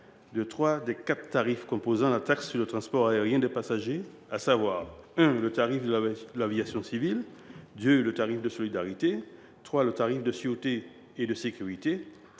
de trois des quatre tarifs composant la taxe sur le transport aérien de passagers, à savoir le tarif de l’aviation civile, le tarif de solidarité et le tarif de sûreté et de sécurité.